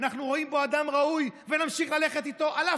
אנחנו רואים בו אדם ראוי ונמשיך ללכת איתו,